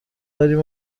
داریم